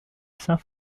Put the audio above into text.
saint